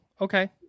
Okay